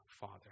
Father